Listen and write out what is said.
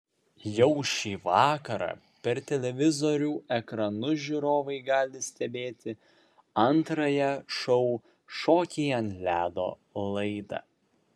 jau šį vakarą per televizorių ekranus žiūrovai gali stebėti antrąją šou šokiai ant ledo laidą